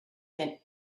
spent